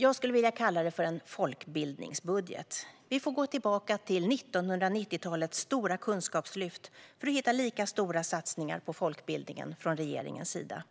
Jag skulle vilja kalla den för en folkbildningsbudget. Vi får gå tillbaka till 1990-talets stora kunskapslyft för att hitta lika stora satsningar på folkbildningen från regeringens sida.